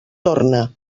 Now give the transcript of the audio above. torna